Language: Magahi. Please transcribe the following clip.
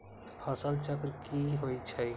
फसल चक्र की होइ छई?